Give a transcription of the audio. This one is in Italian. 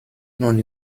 non